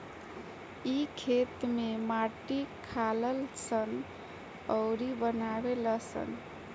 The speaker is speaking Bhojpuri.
इ खेत में माटी खालऽ सन अउरऊ बनावे लऽ सन